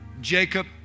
Jacob